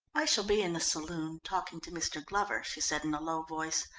i shall be in the saloon, talking to mr. glover, she said in a low voice.